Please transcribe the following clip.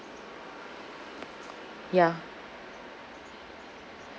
ya